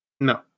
No